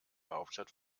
hauptstadt